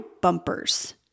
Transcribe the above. bumpers